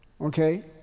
Okay